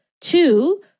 two